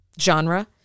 genre